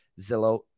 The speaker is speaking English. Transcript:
Zillow